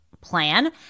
plan